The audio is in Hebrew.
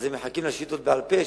אז הם מחכים לשאילתות בעל-פה,